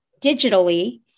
digitally